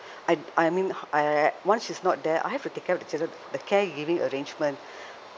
I I mean I once she's not there I have to take care of the children the caregiving arrangement